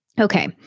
Okay